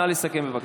נא לסכם, בבקשה.